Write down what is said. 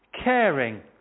caring